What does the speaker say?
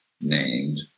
named